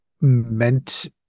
meant